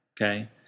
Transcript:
Okay